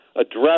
address